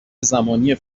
زمانی